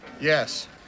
Yes